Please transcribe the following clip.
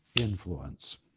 influence